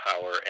power